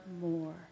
more